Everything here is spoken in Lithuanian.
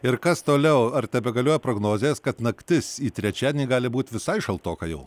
ir kas toliau ar tebegalioja prognozės kad naktis į trečiadienį gali būti visai šaltoka jau